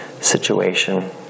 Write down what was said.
situation